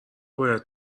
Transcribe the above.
باید